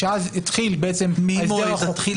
שאז התחיל ההסדר החוקי,